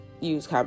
use